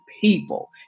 people